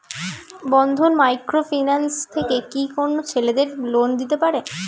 বন্ধন micro finance থেকে কি কোন ছেলেদের লোন দিতে পারে?